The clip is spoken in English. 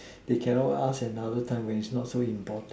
they cannot ask another time when it is not so important